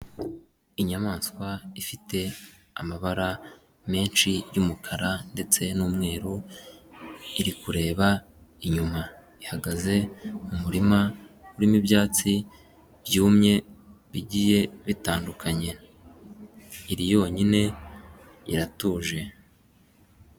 Inyamaswa ifite amabara menshi y'umukara ndetse n'umweru, iri kureba inyuma, ihagaze mu muririma urimo ibyatsi byumye bigiye bitandukanye, iri yonyine iratuje.